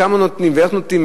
כמה נותנים ואיך נותנים,